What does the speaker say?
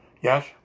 Yes